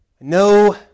No